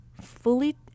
fully